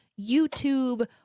YouTube